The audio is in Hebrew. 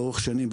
לאורך שנים,